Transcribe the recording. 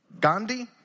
Gandhi